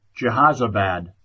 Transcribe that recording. Jehazabad